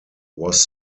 was